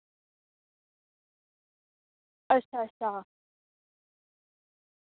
अच्छा अच्छा